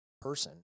person